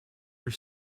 your